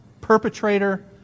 perpetrator